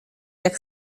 jak